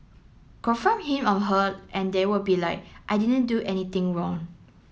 confront him or her and they will be like I didn't do anything wrong